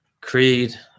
Creed